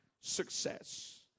success